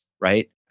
right